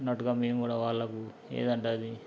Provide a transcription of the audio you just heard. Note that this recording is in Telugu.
ఉన్నట్టుగా మేము కూడా వాళ్ళకు ఏదంటే అది